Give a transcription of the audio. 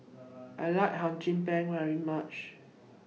I like Hum Chim Peng very much